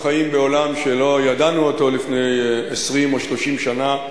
אנחנו חיים בעולם שלא ידענו אותו לפני 20 או 30 שנה,